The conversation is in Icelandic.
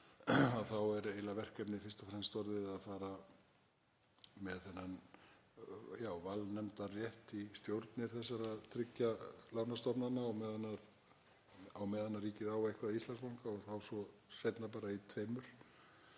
í rauninni fyrst og fremst orðið að fara með þennan valnefndarrétt í stjórnir þessara þriggja lánastofnana, á meðan ríkið á eitthvað í Íslandsbanka og svo seinna bara í tveimur